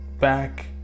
back